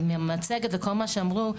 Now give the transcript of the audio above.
מהמצגת וכל מה שאמרו,